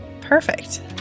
Perfect